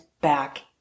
back